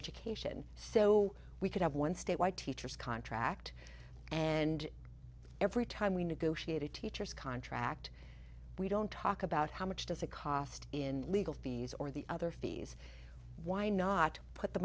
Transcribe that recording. education so we could have won statewide teachers contract and every time we negotiated teachers contract we don't talk about how much does it cost in legal fees or the other fees why not put the